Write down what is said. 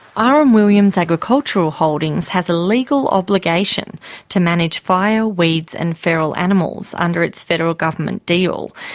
r. m. williams agricultural holdings has a legal obligation to manage fire, weeds and feral animals under its federal government deal.